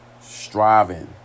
striving